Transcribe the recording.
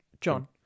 john